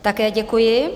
Také děkuji.